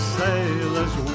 sailor's